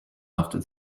after